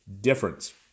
difference